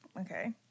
Okay